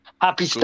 happy